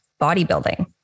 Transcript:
bodybuilding